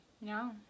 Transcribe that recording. No